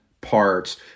parts